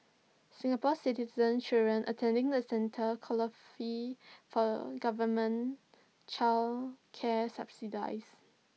Singapore Citizen children attending the centres qualify for government child care subsidies